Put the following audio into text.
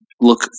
look